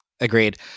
Agreed